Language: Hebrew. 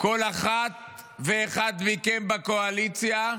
כל אחת ואחד מכם בקואליציה,